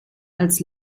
als